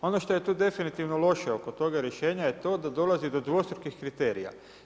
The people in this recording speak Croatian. Ono što je tu definitivno loše oko toga rješenja je to da dolazi do dvostrukih kriterija.